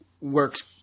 works –